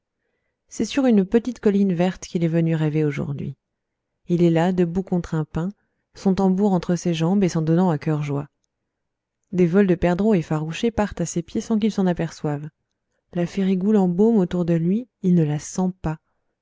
c'est sur une petite colline verte qu'il est venu rêver aujourd'hui il est là debout contre un pin son tambour entre ses jambes et s'en donnant à cœur joie des vols de perdreaux effarouchés partent à ses pieds sans qu'il s'en aperçoive la férigoule embaume autour de lui il ne la sent pas